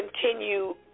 continue